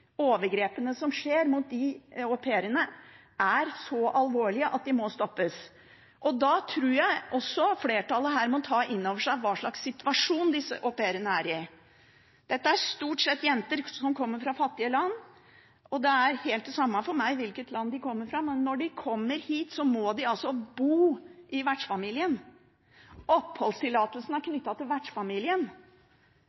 må stoppes. Da tror jeg flertallet her må ta inn over seg hvilken situasjon disse au pairene er i. Dette er stort sett jenter som kommer fra fattige land. Det er det samme for meg hvilket land de kommer fra, men når de kommer hit, må de altså bo i vertsfamilien,